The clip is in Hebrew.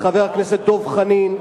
לחבר הכנסת דב חנין,